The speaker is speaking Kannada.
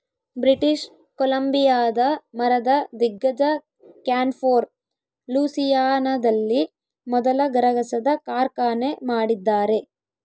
ಬ್ರಿಟಿಷ್ ಕೊಲಂಬಿಯಾದ ಮರದ ದಿಗ್ಗಜ ಕ್ಯಾನ್ಫೋರ್ ಲೂಯಿಸಿಯಾನದಲ್ಲಿ ಮೊದಲ ಗರಗಸದ ಕಾರ್ಖಾನೆ ಮಾಡಿದ್ದಾರೆ